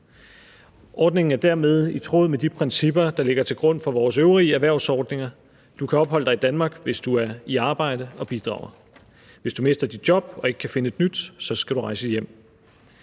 Ordningen er dermed i tråd med de principper, der ligger til grund for vores øvrige erhvervsordninger: Du kan opholde dig i Danmark, hvis du er i arbejde og bidrager. Hvis du mister dit job og ikke kan finde et nyt, skal du rejse hjem.